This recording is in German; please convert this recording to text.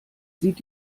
sieht